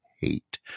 hate